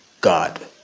God